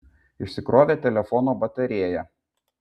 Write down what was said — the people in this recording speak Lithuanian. išsikrovė telefono batarėja